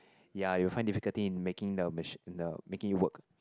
ya you will find difficulty in making the the making it work